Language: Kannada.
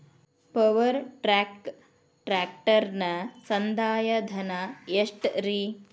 ಪವರ್ ಟ್ರ್ಯಾಕ್ ಟ್ರ್ಯಾಕ್ಟರನ ಸಂದಾಯ ಧನ ಎಷ್ಟ್ ರಿ?